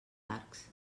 arcs